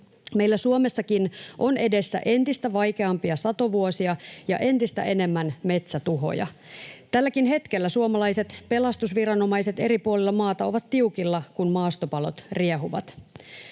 Meillä Suomessakin on edessä entistä vaikeampia satovuosia ja entistä enemmän metsätuhoja. Tälläkin hetkellä suomalaiset pelastusviranomaiset eri puolilla maata ovat tiukilla, kun maastopalot riehuvat.